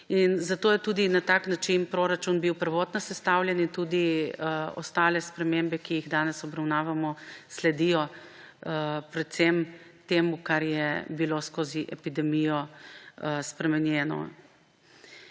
Zato je tudi bil na tak način proračun prvotno sestavljen, in tudi ostale spremembe, ki jih danes obravnavamo, sledijo predvsem temu, kar je bilo skozi epidemijo spremenjeno.